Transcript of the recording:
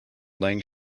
laying